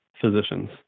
physicians